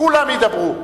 כולם ידברו.